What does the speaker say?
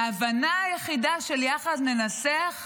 ההבנה היחידה של "יחד ננצח"